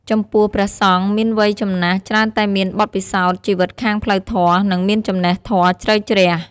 ចំពោះ ព្រះសង្ឃែលមានវ័យចំណាស់ច្រើនតែមានបទពិសោធន៍ជីវិតខាងផ្លូវធម៌ និងមានចំណេះធម៌ជ្រៅជ្រះ។